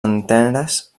anteres